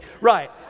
Right